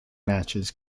matches